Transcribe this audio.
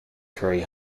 curry